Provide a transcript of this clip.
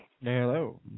hello